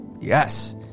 Yes